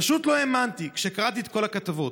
פשוט לא האמנתי כשקראתי את כל הכתבות.